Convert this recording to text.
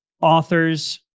Authors